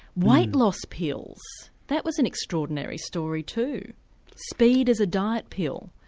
weight loss pills that was an extraordinary story too speed as a diet pill.